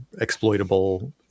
exploitable